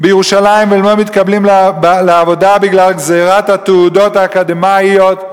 בירושלים והם לא מתקבלים לעבודה בגלל גזירת התעודות האקדמיות,